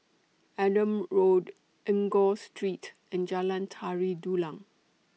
Adam Road Enggor Street and Jalan Tari Dulang